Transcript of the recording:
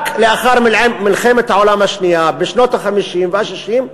רק לאחר מלחמת העולם השנייה, בשנות ה-50 וה-60,